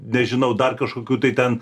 nežinau dar kažkokių tai ten